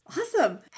Awesome